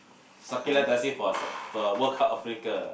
Shakira dancing for s~ for World Cup Africa